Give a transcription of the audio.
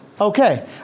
okay